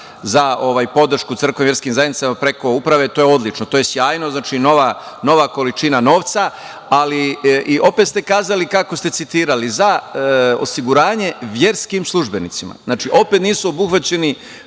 za podršku crkvama i verskim zajednicama preko Uprave je odlično. To je sjajno. Znači, nova količina novca, ali opet ste kazali kako ste citirali – za osiguranje verskim službenicima. Znači, opet nisu obuhvaćeni